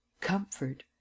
Comfort